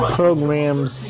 programs